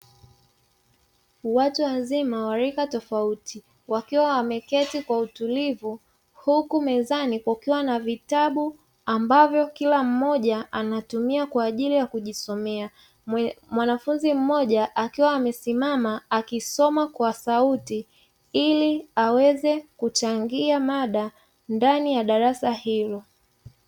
Watu wazima wa rika tofauti wakiwa wameketi kwa utulivu, huku mezani kukiwa na vitabu ambavyo kila mmoja anatumia kwa ajili ya kujisomea. Mwanafunzi mmoja akiwa amesimama akisoma kwa sauti, ili aweze kuchangia mada ndani ya darasa hilo.